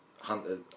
hunter